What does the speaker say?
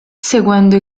seguendo